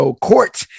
court